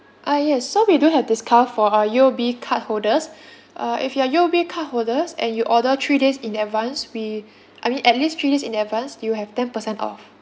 uh yes so we do have discount for uh U_O_B card holders uh if you are U_O_B cardholders and you order three days in advance we I mean at least three days in advance you have ten percent off